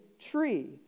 tree